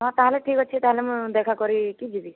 ହଁ ତା'ହେଲେ ଠିକ୍ ଅଛି ତା'ହେଲେ ମୁଁ ଦେଖା କରିକି ଯିବି